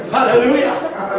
Hallelujah